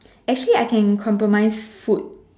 actually I can compromise food